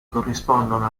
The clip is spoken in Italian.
corrispondono